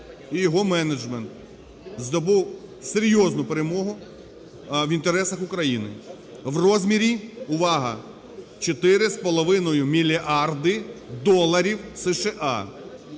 і його менеджмент здобув серйозну перемогу в інтересах України в розмірі – увага! - 4,5 мільярда доларів США.